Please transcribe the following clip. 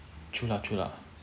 true lah true lah